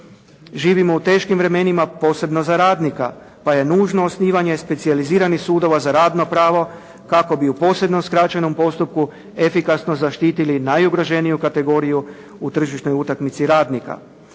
Živimo u teškim vremenima posebno za radnika pa je nužno osnivanje specijaliziranih sudova za radno pravo kako bi u posebnom skraćenom postupku efikasno zaštitili najugroženiju kategoriju u tržišnoj kategoriji radnika.